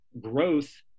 growth